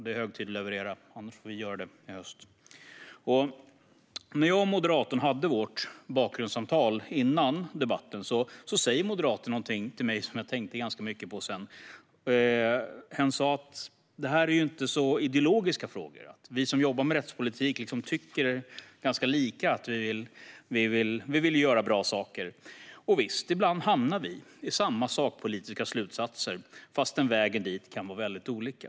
Det är hög tid att leverera, annars får vi göra det i höst. När jag och moderatorn hade vårt bakgrundssamtal före debatten sa moderatorn någonting till mig som jag sedan tänkte ganska mycket på. Hen sa att det här är ju inte så ideologiska frågor. Vi som jobbar med rättspolitik tycker ganska lika - vi vill ju göra bra saker. Och visst, ibland hamnar vi i samma sakpolitiska slutsatser fastän vägarna dit kan vara väldigt olika.